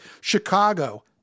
Chicago